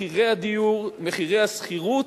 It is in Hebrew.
מחירי הדיור, מחירי השכירות,